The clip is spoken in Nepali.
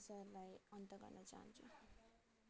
एन्सरलाई अन्त गर्न चाहन्छु